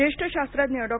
ज्येष्ठ शास्त्रज्ञ डॉ